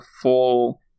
full